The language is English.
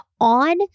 on